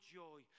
joy